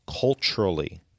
culturally